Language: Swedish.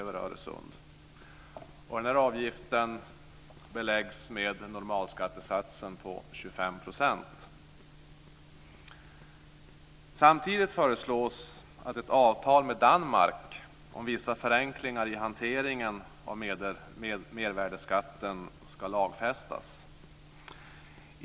Den här avgiften beläggs med normalskattesatsen på 25 %. Samtidigt föreslås att ett avtal med Danmark om vissa förenklingar i hanteringen av mervärdesskatten ska lagfästas.